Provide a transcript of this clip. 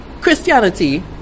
Christianity